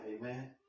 Amen